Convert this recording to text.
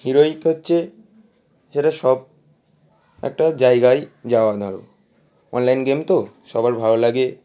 heroic হচ্ছে যেটা সব একটা জায়গায় যাওয়া ধরো অনলাইন গেম তো সবার ভালো লাগে